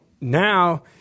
now